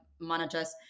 managers